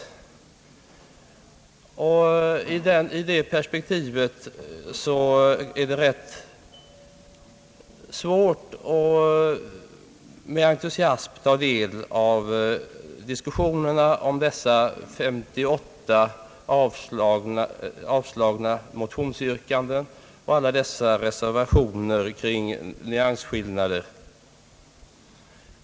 I det perspektivet är det rätt svårt att med entusiasm ta del av diskussionerna om dessa 58 avslagna motionsyrkanden och alla dessa reservationer kring nyansskillnader.